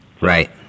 Right